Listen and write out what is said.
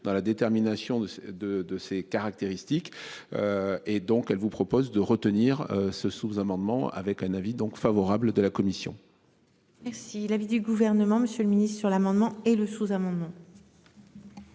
dans la détermination de de de ses caractéristiques. Et donc elle vous propose de retenir ce sous-amendement avec un avis donc favorable de la commission. Et si l'avis du gouvernement, Monsieur le Ministre sur l'amendement et le sous-amendement.